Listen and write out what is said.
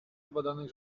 zbadanych